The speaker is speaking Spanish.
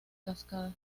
cascada